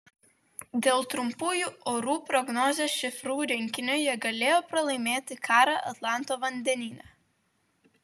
dėl trumpųjų orų prognozės šifrų rinkinio jie galėjo pralaimėti karą atlanto vandenyne